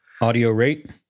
Audio-rate